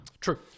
True